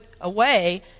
away